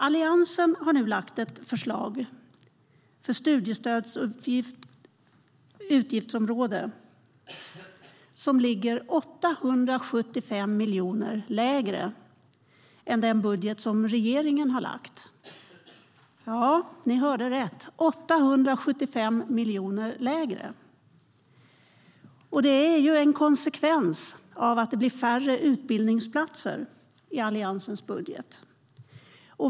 Alliansen har nu lagt fram ett förslag för studiestödets utgiftsområde som ligger 875 miljoner lägre än den budget regeringen lagt fram. Ja, ni hörde rätt, 875 miljoner lägre. Det är en konsekvens av att det blir färre utbildningsplatser i Alliansens budget.